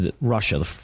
Russia